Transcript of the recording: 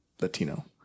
Latino